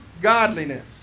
godliness